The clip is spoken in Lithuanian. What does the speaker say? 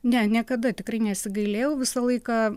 ne niekada tikrai nesigailėjau visą laiką